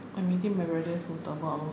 I'm eating my mother's murtabak lor